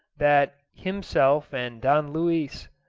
that himself and don luis,